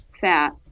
fat